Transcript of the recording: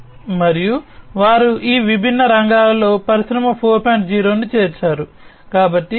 మరియు వారు ఈ విభిన్న రంగాలలో పరిశ్రమ 4